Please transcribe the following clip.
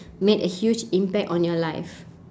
made a huge impact on your life